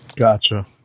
Gotcha